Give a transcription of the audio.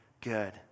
good